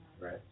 Right